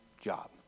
job